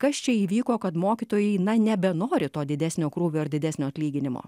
kas čia įvyko kad mokytojai na nebenori to didesnio krūvio ir didesnio atlyginimo